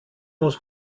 muss